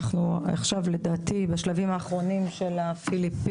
אנחנו נמצאים עכשיו בשלבים האחרונים של הפיליפינים,